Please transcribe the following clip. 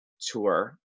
tour